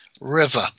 River